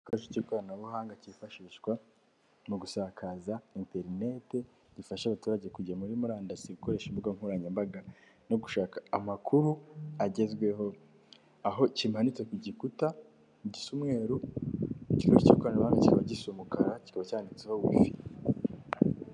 Igikoresho k'ikoranabuhanga kifashishwa mu gusakaza interineti gifasha abaturage kujya kuri murandasi, gukoresha imbuga nkoranyambaga no gushaka amakuru agezweho aho kimanitse ku gikuta gisa mweru icyuma k'ikoranabubanga kikaba gisa umukara kikaba cyanditseho wifi.